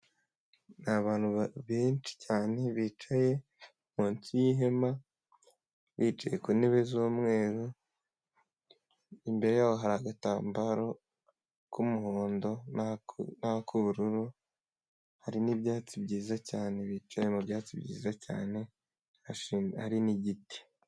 Ni abantu benshi cyane bicaye munsi yihema bicaye ku ntebe zumweru imbere yabo hari agatambaro k'umuhondo n'ak'ubururu hari n'ibyatsi byiza cyane bicaye mu byatsi byiza cyane hari n'igiti .